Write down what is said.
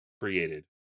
created